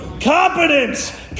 Competence